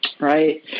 Right